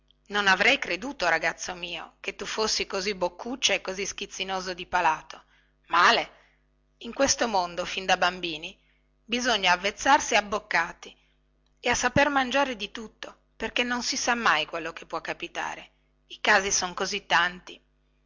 non avrei mai creduto ragazzo mio che tu fossi così boccuccia e così schizzinoso di palato male in questo mondo fin da bambini bisogna avvezzarsi abboccati e a saper mangiare di tutto perché non si sa mai quel che ci può capitare i casi son tanti